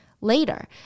Later